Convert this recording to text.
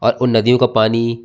और उन नदियों का पानी